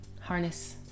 Harness